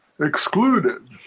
excluded